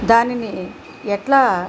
దానిని ఎట్లా